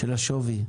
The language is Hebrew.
של השווי?